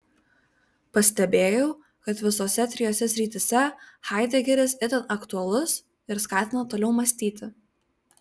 pastebėjau kad visose trijose srityse haidegeris itin aktualus ir skatina toliau mąstyti